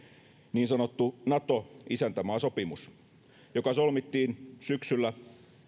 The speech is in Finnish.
niin sanottu nato isäntämaasopimus joka solmittiin syksyllä